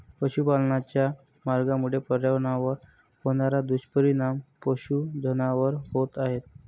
पशुपालनाच्या मार्गामुळे पर्यावरणावर होणारे दुष्परिणाम पशुधनावर होत आहेत